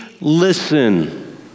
listen